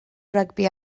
rygbi